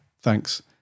thanks